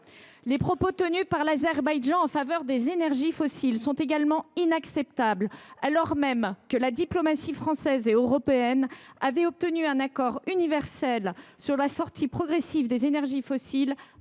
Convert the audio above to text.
Les propos tenus par les autorités de ce pays en faveur des énergies fossiles sont également inacceptables, alors que les diplomaties française et européenne avait obtenu un accord universel sur la sortie progressive des énergies fossiles